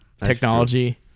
technology